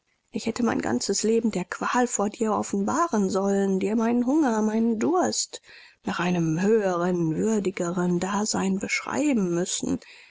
ich hätte mein ganzes leben der qual vor dir offenbaren sollen dir meinen hunger meinen durst nach einem höheren würdigeren dasein beschreiben müssen